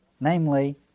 namely